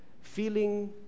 feeling